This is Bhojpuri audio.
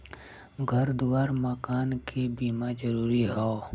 घर दुआर मकान के बीमा जरूरी हौ